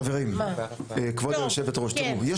חברים, כבוד יושבת הראש, תראו.